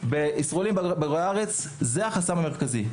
לגבי ישראלים בוגרי הארץ - זה החסם המרכזי,